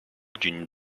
d’une